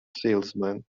salesman